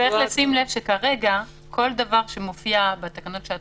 צריך לשים לב שכרגע בכל דבר שמופיע בתקנות שעת